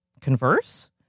converse